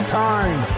time